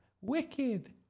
Wicked